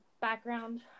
background